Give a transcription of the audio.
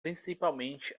principalmente